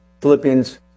Philippians